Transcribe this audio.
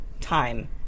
time